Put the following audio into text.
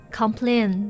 complain